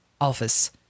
office